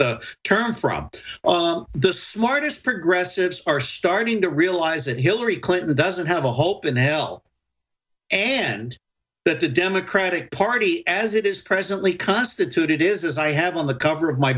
third term from the smartest progressive's are starting to realize that hillary clinton doesn't have a hope in hell and that the democratic party as it is presently constituted is as i have on the cover of my